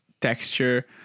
texture